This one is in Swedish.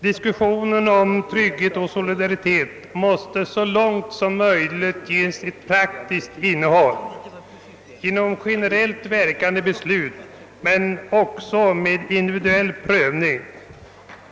Diskussionen om trygghet måste så långt möjligt ges ett praktiskt innehåll och sikta till generellt verkande beslut men även till en individuell prövning.